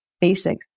basic